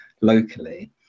locally